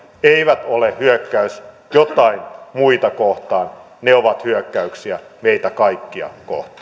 eivät ole hyökkäys joitain muita kohtaan ne ovat hyökkäyksiä meitä kaikkia